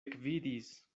ekvidis